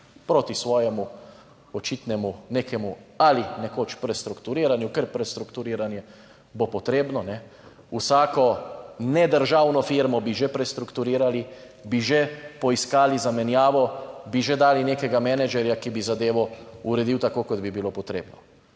proti svojemu očitnemu nekemu ali nekoč prestrukturiranju, ker prestrukturiranje bo potrebno, kajne. Vsako, ne državno firmo bi že prestrukturirali, bi že poiskali zamenjavo, bi že dali nekega menedžerja, ki bi zadevo uredil tako, kot bi bilo potrebno.